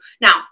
now